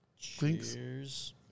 Cheers